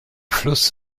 fluss